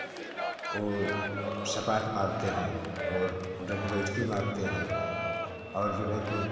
वह सपाट मारते हैं और दंड बैठकी मारते हैं और जो है कि